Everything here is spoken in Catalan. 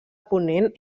ponent